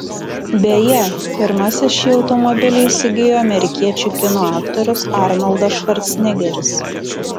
beje pirmasis šį automobilį įsigijo amerikiečių kino aktorius arnoldas švarcnegeris